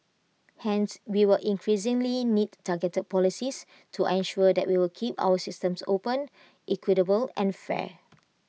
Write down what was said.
hence we will increasingly need targeted policies to ensure that we keep our systems open equitable and fair